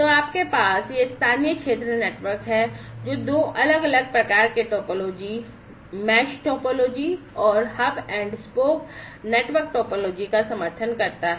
तो आपके पास यह स्थानीय क्षेत्र नेटवर्क है जो दो अलग अलग प्रकार के टोपोलॉजी जाल टोपोलॉजी और hub and spoke network topology का समर्थन करता है